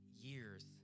years